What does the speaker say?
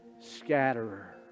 scatterer